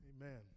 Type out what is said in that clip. Amen